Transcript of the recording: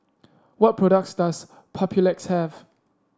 what products does Papulex have